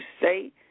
say